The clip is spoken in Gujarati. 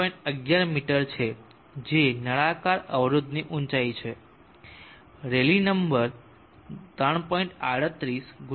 11 મી છે જે નળાકાર અવરોધની ઊંચાઈ છે રેલી નંબર 3